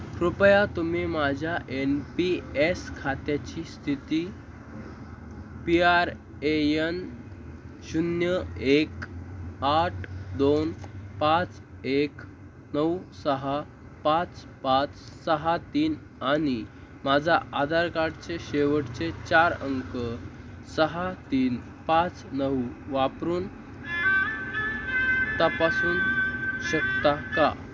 कृपया तुम्ही माझ्या एन पी एस खात्याची स्थिती पी आर ए यन शून्य एक आठ दोन पाच एक नऊ सहा पाच पाच सहा तीन आणि माझा आधार कार्डचे शेवटचे चार अंक सहा तीन पाच नऊ वापरून तपासून शकता का